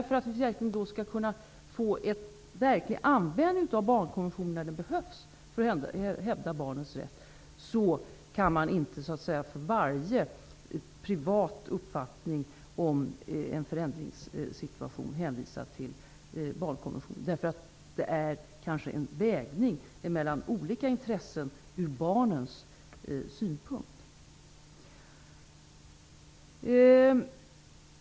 För att få verklig användning av barnkonventionen, när den verkligen behövs för att hävda barns rätt, kan man inte för varje privat uppfattning om en förändringssituation hänvisa till den. Det handlar kanske om en vägning av olika intressen från barnens synpunkt.